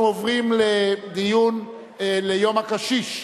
אנחנו עוברים לציון יום הקשיש.